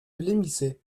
blêmissaient